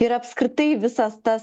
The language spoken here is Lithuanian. ir apskritai visas tas